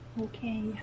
Okay